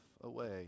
away